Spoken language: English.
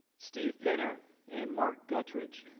steve penner, and mark guttridge,